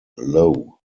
low